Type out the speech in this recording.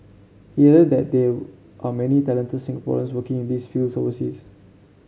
he added that there are many talented Singaporeans working in these fields overseas